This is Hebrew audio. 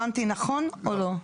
הבנתי נכון או לא?